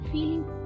feeling